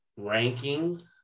rankings